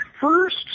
first